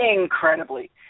incredibly